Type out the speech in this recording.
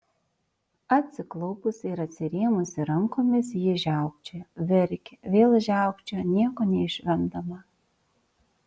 atsiklaupusi ir atsirėmusi rankomis ji žiaukčiojo verkė vėl žiaukčiojo nieko neišvemdama